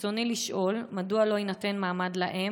ברצוני לשאול: 1. מדוע לא יינתן מעמד לאם